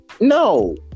No